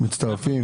כולנו מצטרפים.